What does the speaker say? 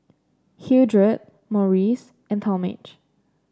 Hildred Maurice and Talmage